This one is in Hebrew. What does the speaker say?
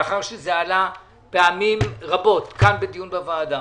לאחר שזה עלה פעמים רבות בדיון בוועדה.